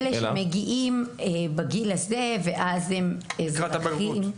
לאלה שמגיעים בגיל הזה ואז הם אזרחים --- לקראת הבגרות.